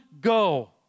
go